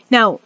Now